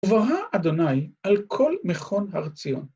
ובראה אדוני על כל מכון הר ציון.